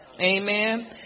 Amen